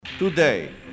Today